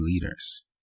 leaders